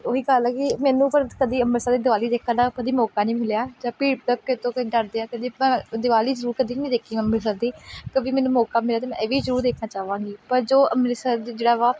ਉਹ ਹੀ ਗੱਲ ਹੈ ਕਿ ਮੈਨੂੰ ਪਰ ਕਦੇ ਅੰਮ੍ਰਿਤਸਰ ਦੀ ਦੀਵਾਲੀ ਦੇਖਣ ਦਾ ਕਦੇ ਮੌਕਾ ਨਹੀਂ ਮਿਲਿਆ ਜਾਂ ਭੀੜ ਭੜੱਕੇ ਤੋਂ ਡਰਦਿਆਂ ਕਦੇ ਆਪਾਂ ਦੀਵਾਲੀ ਜ਼ਰੂਰ ਕਦੇ ਨਹੀਂ ਦੇਖੀ ਅੰਮ੍ਰਿਤਸਰ ਦੀ ਕਦੇ ਮੈਨੂੰ ਮੋਕਾ ਮਿਲਿਆ ਤਾਂ ਮੈਂ ਇਹ ਵੀ ਜ਼ਰੂਰ ਦੇਖਣਾ ਚਾਹਵਾਂਗੀ ਪਰ ਜੋ ਅੰਮ੍ਰਿਤਸਰ ਜਿਹੜਾ ਵਾ